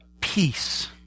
peace